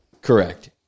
Correct